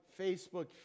Facebook